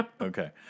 Okay